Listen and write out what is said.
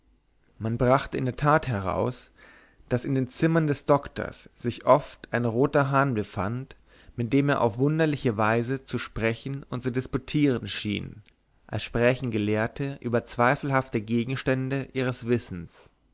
man brachte in der tat heraus daß in den zimmern des doktors sich oft ein roter hahn befand mit dem er auf wunderliche weise zu sprechen und zu disputieren schien als sprächen gelehrte über zweifelhafte gegenstände ihres wissens